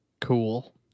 cool